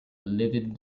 livid